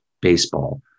baseball